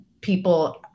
people